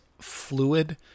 fluid